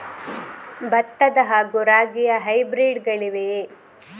ಭತ್ತ ಹಾಗೂ ರಾಗಿಯ ಹೈಬ್ರಿಡ್ ಗಳಿವೆಯೇ?